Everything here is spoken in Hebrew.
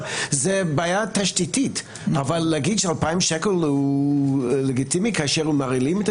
זו בעיה תשתיתית אבל להגיד 2,000 שקל זה לגיטימי כאשר הם מרעילים?